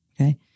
Okay